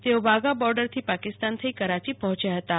તેઓ વાઘા બોર્ડરથી પાકિસ્તાન થઇ કરાચી પર્જોચ્યા હતાં